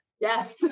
Yes